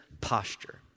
posture